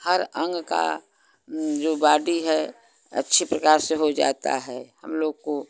हर अंग का जो बाडी है अच्छे प्रकार से हो जाता है हम लोग को